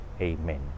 Amen